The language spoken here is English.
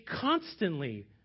constantly